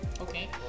Okay